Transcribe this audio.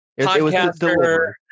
Podcaster